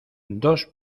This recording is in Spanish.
dos